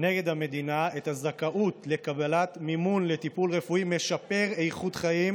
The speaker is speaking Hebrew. נגד המדינה את הזכאות לקבלת מימון לטיפול רפואי משפר איכות חיים,